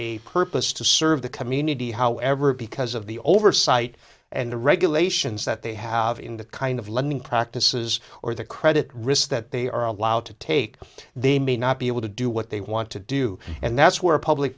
a purpose to serve the community however because of the oversight and the regulations that they have in the kind of lending practices or the credit risk that they are allowed to take they may not be able to do what they want to do and that's where a public